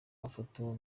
mafoto